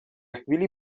chvíli